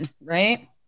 right